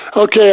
Okay